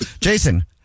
Jason